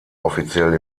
offiziell